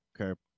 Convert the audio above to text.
okay